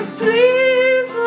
please